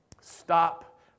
Stop